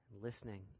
listening